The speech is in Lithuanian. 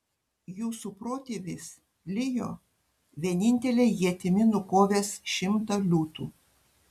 jūsų protėvis lijo vienintele ietimi nukovęs šimtą liūtų